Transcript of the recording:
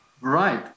right